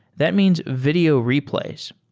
that means video replays.